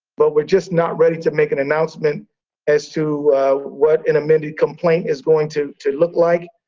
but we're just not ready to make an announcement as to what an amended complaint is going to to look like.